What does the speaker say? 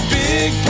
big